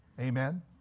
Amen